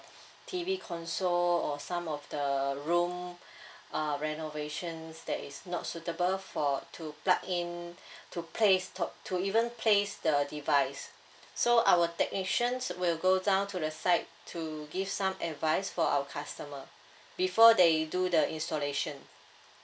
T_V console or some of the room uh renovations that is not suitable for to plug in to place to~ to even place the device so our technicians will go down to the site to give some advice for our customer before they do the installation